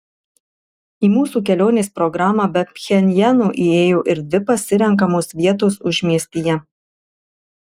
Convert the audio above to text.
į mūsų kelionės programą be pchenjano įėjo ir dvi pasirenkamos vietos užmiestyje